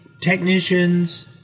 technicians